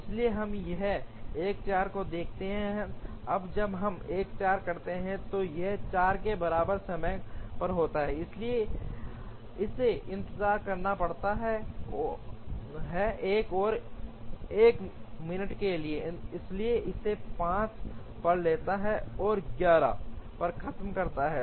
इसलिए हम यहां 1 4 को देखते हैं अब जब हम 1 4 करते हैं तो यह 4 के बराबर समय पर होता है इसलिए इसे इंतजार करना पड़ता है एक और 1 मिनट के लिए इसलिए इसे 5 पर लेता है और 10 पर खत्म करता है